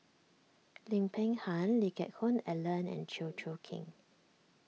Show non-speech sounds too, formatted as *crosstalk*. *noise* Lim Peng Han Lee Geck Hoon Ellen and Chew Choo Keng